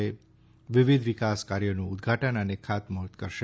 વિવિધ વિકાસ કાર્યોનું ઉદધાટન અને ખાતમુહુર્ત કરશે